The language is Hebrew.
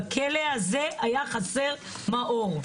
בכלא הזה היה חסר מאור,